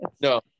No